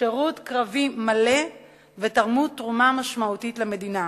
שירות קרבי מלא ותרמו תרומה משמעותית למדינה.